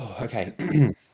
okay